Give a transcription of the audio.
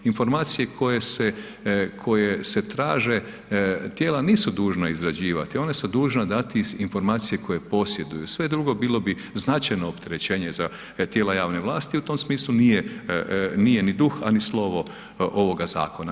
Informacije koje se traže, tijela nisu dužna izrađivati, one su dužna dati informacije koje posjeduju, sve drugo bilo bi značajno opterećenje za tijela javne vlasti, u tom smislu nije ni duh, a ni slovo ovoga zakona.